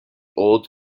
old